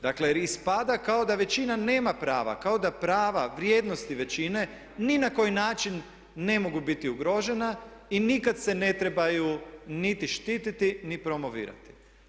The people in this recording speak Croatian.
Dakle, ispada kao da većina prava nema, kao da prava, vrijednosti većine ni na koji način ne mogu biti ugrožena i nikad se ne trebaju niti štititi, ni promovirati.